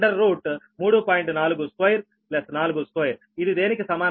42 42 ఇది దేనికి సమానం అంటే 5